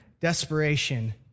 desperation